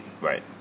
Right